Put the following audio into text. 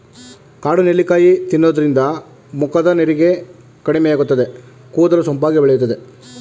ಕಾಡು ನೆಲ್ಲಿಕಾಯಿ ತಿನ್ನೋದ್ರಿಂದ ಮುಖದ ನೆರಿಗೆ ಕಡಿಮೆಯಾಗುತ್ತದೆ, ಕೂದಲು ಸೊಂಪಾಗಿ ಬೆಳೆಯುತ್ತದೆ